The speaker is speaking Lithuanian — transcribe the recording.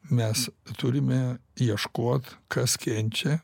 mes turime ieškot kas kenčia